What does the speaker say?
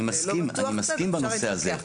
אני מסכים בנושא הזה.